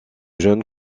jeune